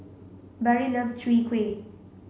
Barry loves Chwee Kueh